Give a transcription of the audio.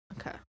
Okay